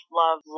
love